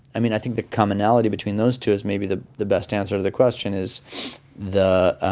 i mean, i think the commonality between those two is maybe the the best answer to the question, is the.